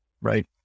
right